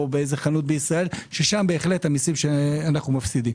בחנות בישראל ששם המיסוי שאנו מפסידים.